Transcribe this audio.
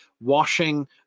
washing